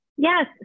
Yes